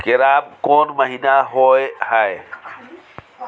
केराव कोन महीना होय हय?